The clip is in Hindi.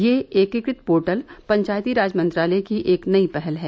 यह एकीकृत पोर्टल पंचायती राज मंत्रालय की एक नई पहल है